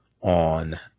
on